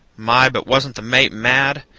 my, but wasn't the mate mad!